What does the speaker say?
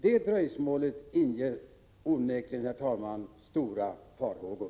Det dröjsmålet inger onekligen, herr talman, stora farhågor.